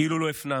כאילו לא הפנמתם.